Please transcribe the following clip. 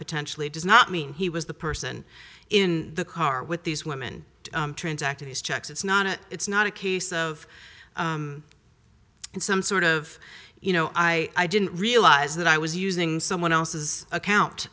potentially does not mean he was the person in the car with these women transacted these checks it's not a it's not a case of some sort of you know i didn't realize that i was using someone else's account